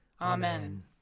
Amen